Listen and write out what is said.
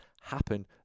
happen